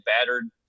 battered